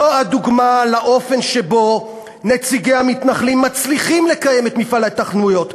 זו הדוגמה לאופן שבו נציגי המתנחלים מצליחים לקיים את מפעל ההתנחלויות,